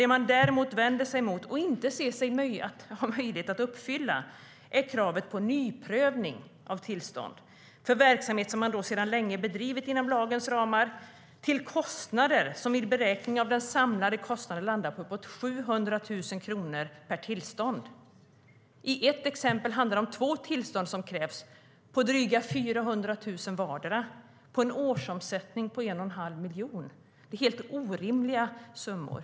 Det man däremot vänder sig mot och inte ser sig ha möjlighet att uppfylla är kravet på nyprövning av tillstånd, för verksamhet som man sedan länge har bedrivit inom lagens ramar, till kostnader som vid beräkningar av de samlade kostnaderna landar på uppåt 700 000 kronor per tillstånd. I ett exempel handlar det om två tillstånd som krävs på drygt 400 000 vardera på en årsomsättning på 1 1⁄2 miljon. Det är orimliga summor.